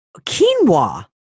quinoa